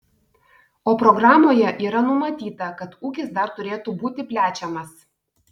o programoje yra numatyta kad ūkis dar turėtų būti plečiamas